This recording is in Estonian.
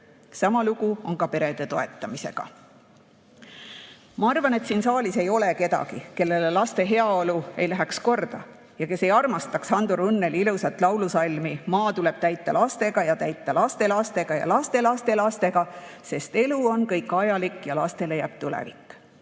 Sama lugu on perede toetamisega. Ma arvan, et siin saalis ei ole kedagi, kellele laste heaolu ei läheks korda ja kes ei armastaks Hando Runneli ilusat laulusalmi "Maa tuleb täita lastega / ja täita lastelastega / ja lastelastelastega /sest elu kõik on ajalik / ja lastele jääb tulevik".